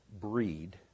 breed